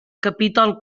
capítol